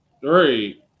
Three